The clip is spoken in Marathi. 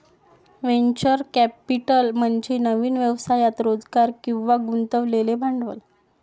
व्हेंचर कॅपिटल म्हणजे नवीन व्यवसायात रोजगार किंवा गुंतवलेले भांडवल